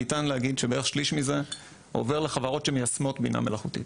ניתן להגיד שכשליש מזה עובר לחברות שמיישמות בינה מלאכותית.